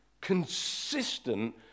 consistent